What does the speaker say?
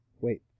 Wait